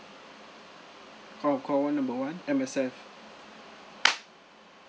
call call one number one M_S_F